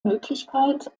möglichkeit